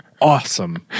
awesome